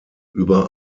über